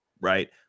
Right